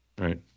Right